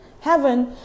heaven